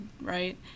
right